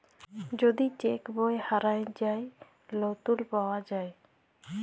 যদি চ্যাক বই হারাঁয় যায়, লতুল পাউয়া যায়